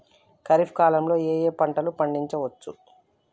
ఖరీఫ్ కాలంలో ఏ ఏ పంటలు పండించచ్చు?